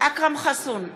אכרם חסון,